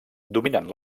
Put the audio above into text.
dominant